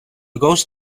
ghost